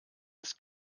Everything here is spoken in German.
ist